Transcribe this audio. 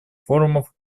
форумов